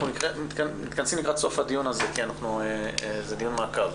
אנחנו מתכנסים לקראת סוף הדיון כי זה דיון מעקב.